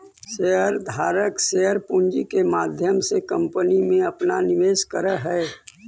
share धारक share पूंजी के माध्यम से कंपनी में अपना निवेश करऽ हई